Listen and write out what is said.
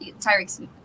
Tyreek